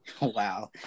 Wow